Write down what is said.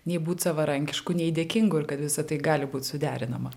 nei būt savarankišku nei dėkingu ir kad visa tai gali būt suderinama